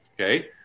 Okay